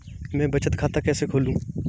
मैं बचत खाता कैसे खोलूं?